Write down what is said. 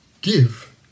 give